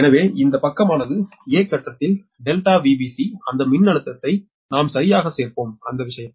எனவே இந்த பக்கமானது 'a' கட்டத்தில் ΔVbc அந்த மின்னழுத்தத்தை நாம் சரியாகச் சேர்ப்போம் அந்த விஷயத்தில்